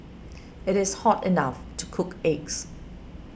it is hot enough to cook eggs